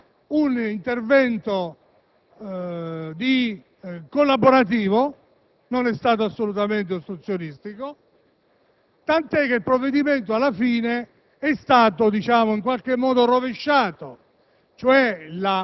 Credo che l'opposizione nelle Commissioni riunite abbia svolto un lavoro estremamente costruttivo, perché non solo è riuscita a mettere in evidenza questa profonda contraddizione del provvedimento,